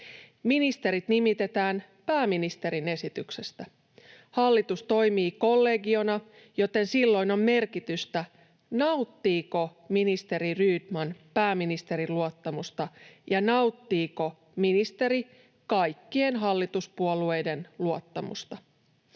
Ministerit nimitetään pääministerin esityksestä. Hallitus toimii kollegiona, joten silloin on merkitystä, nauttiiko ministeri Rydman pääministerin luottamusta ja nauttiiko ministeri kaikkien hallituspuolueiden luottamusta.